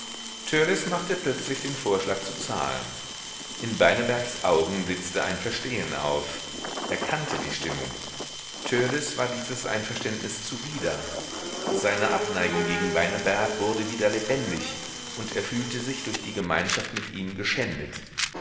machte plötzlich den vorschlag zu zahlen in beinebergs augen blitzte ein verstehen auf er kannte die stimmung törleß war dieses einverständnis zuwider seine abneigung gegen beineberg wurde wieder lebendig und er fühlte sich durch die gemeinschaft mit ihm geschändet